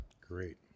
Great